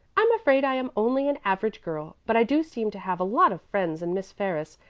i'm afraid i am only an average girl, but i do seem to have a lot of friends and miss ferris,